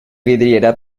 vidriera